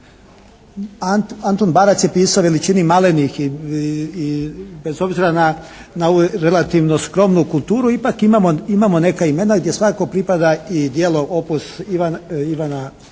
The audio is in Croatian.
Antun Barac je pisao o veličini malenih i bez obzira na ovu relativno skromnu kulturu ipak imamo neka imena gdje svakako pripada i djelo, opus Ivana Meštrovića